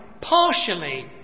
partially